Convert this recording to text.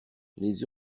les